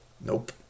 Nope